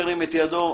ירים את ידו.